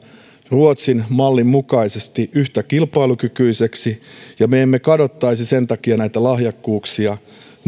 ruotsin mallin mukaisesti kilpailukykyiseksi ja me emme kadottaisi sen takia näitä lahjakkuuksia